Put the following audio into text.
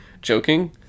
joking